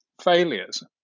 failures